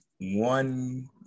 one